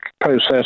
process